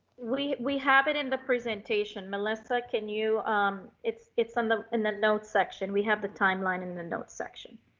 we we have it in the presentation. melissa, can you um it's it's on the, in the notes section, we have the timeline and in the note section